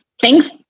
thanks